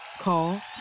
Call